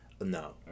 no